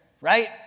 Right